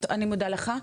אני מודה לך.